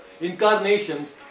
incarnations